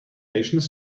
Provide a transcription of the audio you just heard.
asians